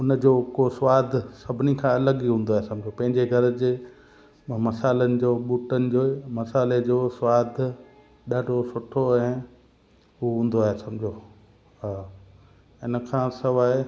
उन जो को सवादु सभिनी खां अलॻि ई हूंदो आहे समुझो पंहिंजो घर जे ऐं मसाल्हनि जो बूटनि जो मसाल्हे जो सवादु ॾाढो सुठो ऐं उहो हूंदो आहे समुझो हा इन खां सवाइ